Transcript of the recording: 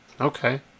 Okay